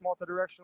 multidirectional